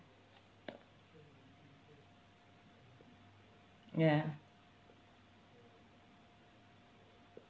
ya